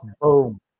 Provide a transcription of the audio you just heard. boom